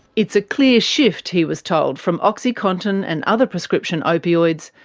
it's a clear shift, he was told, from oxycontin and other prescription opioids,